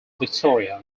victoria